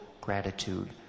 gratitude